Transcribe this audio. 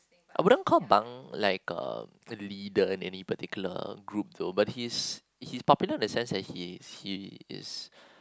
I wouldn't call bang like a leader any particular group to but he's he is popular in a sense that he he is